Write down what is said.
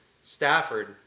Stafford